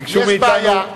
יש בעיה,